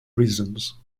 reasons